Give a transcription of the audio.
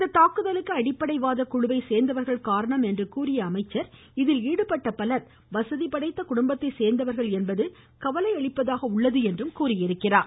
இந்த தாக்குதலுக்கு அடிப்படை வாத குழுவை சோ்ந்தவர்கள் காரணம் என்று கூறிய அவர் இதில் ஈடுபட்ட பலர் வசதி படைத்த குடும்பத்தை சேர்ந்தவர்கள் என்பது கவலையளிப்பதாக உள்ளது என்று கூறினார்